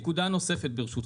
נקודה נוספת ברשותכם.